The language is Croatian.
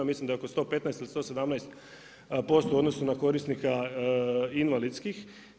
Mislim da je oko 115 ili 117% u odnosu na korisnika invalidskih.